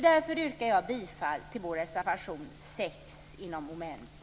Därför yrkar jag bifall till vår reservation 6 under mom. 9.